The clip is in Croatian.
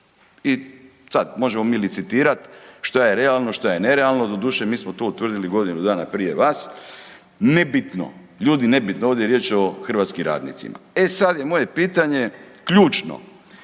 I sad možemo mi licitirat što je realno, što je nerealno, doduše mi smo to utvrdili godinu dana prije vas. Nebitno, ljudi nebitno, ovdje je riječ o hrvatskim radnicima. E sad je moje pitanje ključno,